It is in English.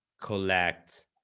collect